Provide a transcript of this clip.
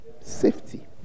Safety